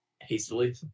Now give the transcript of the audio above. hastily